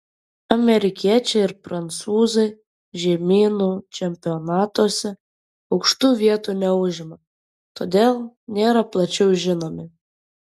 amerikiečiai ir prancūzai žemynų čempionatuose aukštų vietų neužima todėl nėra plačiau žinomi